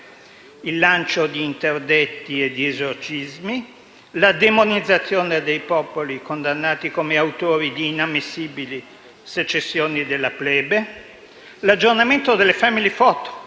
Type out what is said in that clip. il lancio di interdetti e di esorcismi, la demonizzazione dei popoli, condannati come autori di inammissibili secessioni della plebe; l'aggiornamento delle *family photo*,